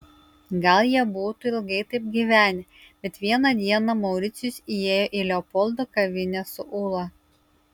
gal jie būtų ilgai taip gyvenę bet vieną dieną mauricijus įėjo į leopoldo kavinę su ula